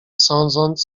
sądząc